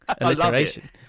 Alliteration